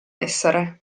essere